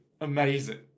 Amazing